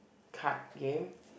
card game